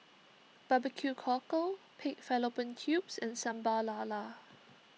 Barbecue Cockle Pig Fallopian Tubes and Sambal Lala